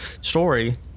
story